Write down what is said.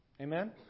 Amen